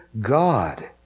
God